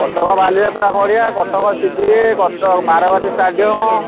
total Baliyatra ପଡ଼ିଆ Cuttack C D A Cuttack Barabati stadium